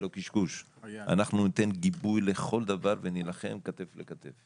אנחנו ניתן גיבוי לכל דבר ונילחם כתף לכתף.